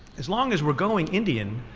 as long as we're going indian,